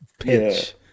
pitch